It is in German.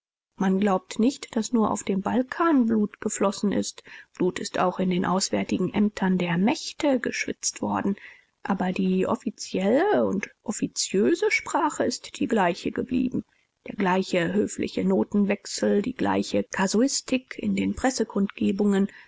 man glaube nicht daß nur auf dem balkan blut geflossen ist blut ist auch in den auswärtigen ämtern der mächte geschwitzt worden aber die offizielle und offiziöse sprache ist die gleiche geblieben der gleiche höfliche notenwechsel die gleiche kasuistik in den